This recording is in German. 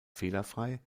fehlerfrei